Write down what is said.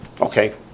Okay